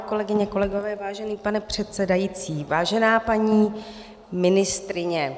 Kolegyně, kolegové, vážený pane předsedající, vážená paní ministryně.